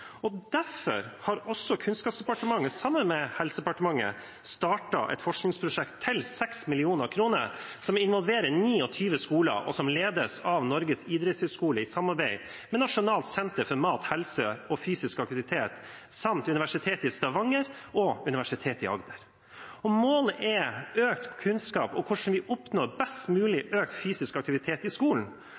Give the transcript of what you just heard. og derfor har Kunnskapsdepartementet sammen med Helsedepartementet startet et forskningsprosjekt til 6 mill. kr, som involverer 29 skoler, og som ledes av Norges idrettshøgskole i samarbeid med Nasjonalt senter for mat, helse og fysisk aktivitet samt Universitetet i Stavanger og Universitetet i Agder. Målet er økt kunnskap om hvordan vi oppnår best mulig økt fysisk aktivitet i skolen,